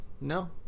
No